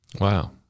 Wow